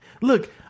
Look